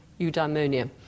eudaimonia